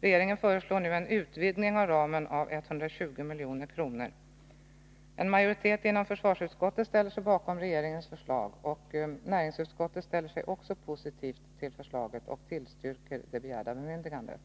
Regeringen föreslår nu en utvidgning av ramen med 120 milj.kr. En majoritet i försvarsutskottet ställer sig bakom regeringens förslag. Näringsutskottet ställer sig också positivt till förslaget och tillstyrker det begärda bemyndigandet.